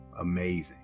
Amazing